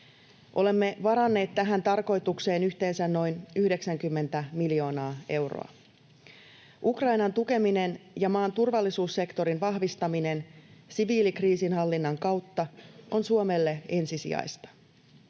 Olemme varanneet tähän tarkoitukseen yhteensä noin 90 miljoonaa euroa. Ukrainan tukeminen ja maan turvallisuussektorin vahvistaminen siviilikriisinhallinnan kautta on Suomelle ensisijaista.